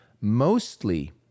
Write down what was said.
mostly